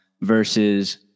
versus